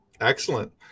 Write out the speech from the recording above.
excellent